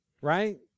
right